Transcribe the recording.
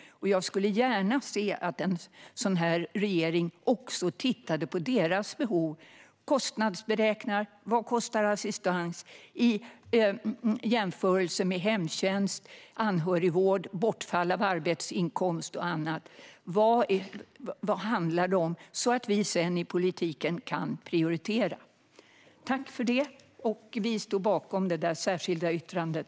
Jag skulle gärna se att en sådan här regering tittar också på deras behov och beräknar vad assistans kostar i jämförelse med hemtjänst, anhörigvård, bortfall av arbetsinkomst och annat så att vi i politiken sedan kan prioritera. Vi i Liberalerna står bakom det särskilda yttrandet.